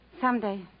Someday